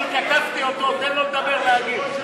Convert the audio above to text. אני תקפתי אותו, תן לו לדבר, להגיב.